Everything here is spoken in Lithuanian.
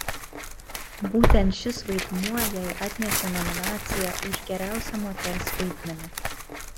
būtent šis vaidmuo jai atnešė nominaciją už geriausią moters vaidmenį